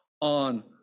on